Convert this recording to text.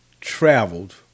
traveled